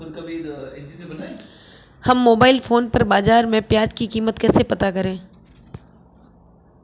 हम mobile phone पर बाज़ार में प्याज़ की कीमत कैसे पता करें?